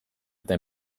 eta